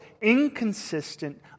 inconsistent